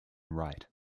wright